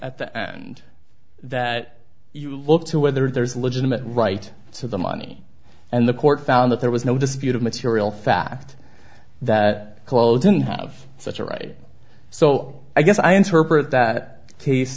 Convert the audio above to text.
at the end that you look to whether there is legitimate right to the money and the court found that there was no dispute of material fact that khloe didn't have such a right so i guess i interpret that cas